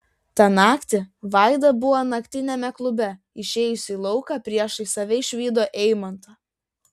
tą naktį vaida buvo naktiniame klube išėjusi į lauką priešais save išvydo eimantą